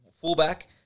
fullback